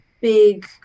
big